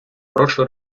прошу